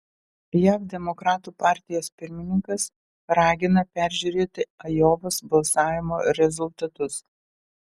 jav demokratų partijos pirmininkas ragina peržiūrėti ajovos balsavimo rezultatus